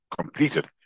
completed